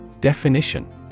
Definition